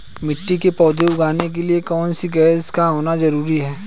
मिट्टी में पौधे उगाने के लिए कौन सी गैस का होना जरूरी है?